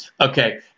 Okay